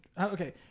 Okay